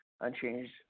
unchanged